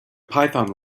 python